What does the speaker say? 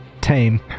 Tame